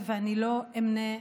ואני לא אמנה,